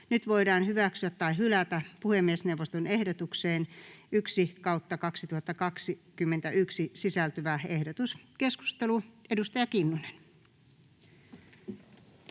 Nyt voidaan hyväksyä tai hylätä puhemiesneuvoston ehdotukseen PNE 1/2021 vp sisältyvä ehdotus. — Edustaja Kinnunen.